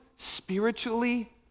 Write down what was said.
spiritually